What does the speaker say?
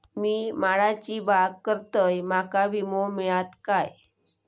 मी माडाची बाग करतंय माका विमो मिळात काय?